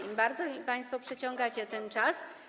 Im bardziej państwo przeciągacie ten czas.